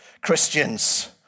Christians